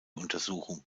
untersuchung